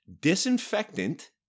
disinfectant